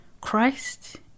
Christ